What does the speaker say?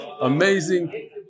Amazing